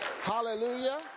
Hallelujah